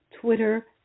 Twitter